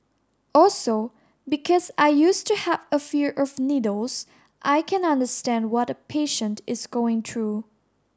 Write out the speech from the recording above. also because I used to have a fear of needles I can understand what a patient is going through